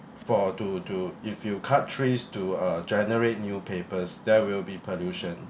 for to do if you cut trees to uh generate new papers there will be pollution